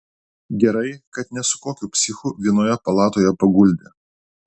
gerai kad ne su kokiu psichu vienoje palatoje paguldė